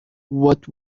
what